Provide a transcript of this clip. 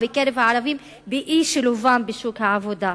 בקרב הערבים באי-שילובם בשוק העבודה.